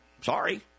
Sorry